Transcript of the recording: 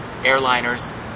airliners